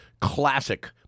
classic